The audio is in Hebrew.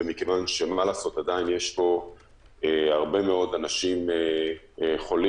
ומכיוון שעדיין יש פה הרבה מאוד אנשים חולים